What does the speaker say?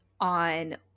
on –